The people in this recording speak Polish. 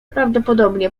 prawdopodobnie